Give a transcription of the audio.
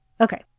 Okay